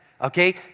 okay